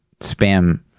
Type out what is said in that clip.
spam